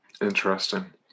Interesting